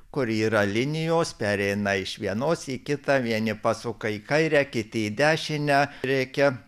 kur yra linijos pereina iš vienos į kitą vieni pasuka į kairę kiti į dešinę reikia